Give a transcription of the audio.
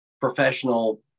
professional